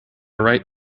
wright